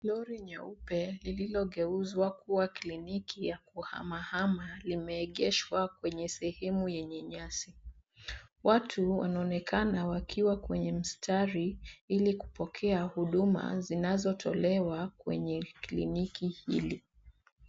Lori nyeupe lililogeuzwa kuwa kliniki ya kuhamahama limeegeshwa kwenye sehemu yenye nyasi. Watu wanaonekana wakiwa kwenye mstari ili kupokea huduma zinazotolewa kwenye kliniki hili.